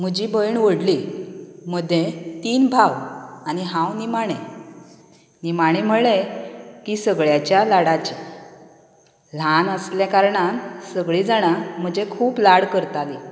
म्हजी भयण व्हडली मदें तीन भाव आनी हांव निमाणें निमाणें म्हळें की सगळ्याच्या लाडाचें ल्हान आसले कारणान सगळें म्हजे खूब लाड करतालीं